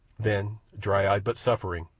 then, dry-eyed but suffering,